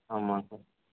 ஆமாம்ங்க சார்